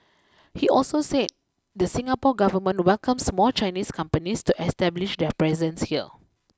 he also said the Singapore government welcomes more Chinese companies to establish their presence here